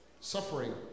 Suffering